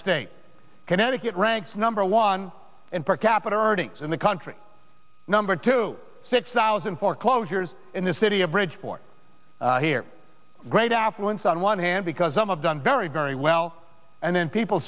state connecticut ranks number one in perhaps earnings in the country number two six thousand foreclosures in the city of bridgeport here great affluence on one hand because some of done very very well and then people